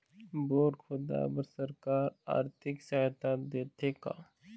Bore खोदाई बर सरकार आरथिक सहायता देथे का?